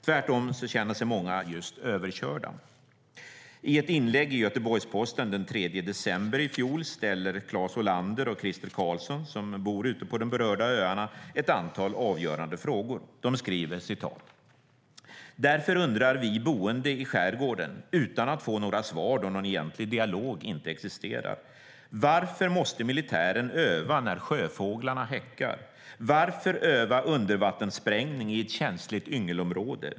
Tvärtom känner sig många just överkörda. I ett inlägg i Göteborgs-Posten den 3 december i fjol ställer Klas Ålander och Christer Carlsson, som bor ute på de berörda öarna, ett antal avgörande frågor. De skriver: "Därför undrar vi boende i skärgården, utan att få några svar då någon egentlig dialog inte existerar: Varför måste militären öva när sjöfåglarna häckar? Varför öva undervattenssprängning i ett känsligt yngelområde?